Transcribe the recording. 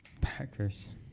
Packers